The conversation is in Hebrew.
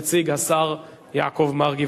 יציג השר יעקב מרגי.